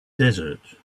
desert